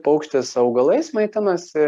paukštis augalais maitinasi